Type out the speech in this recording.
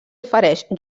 ofereix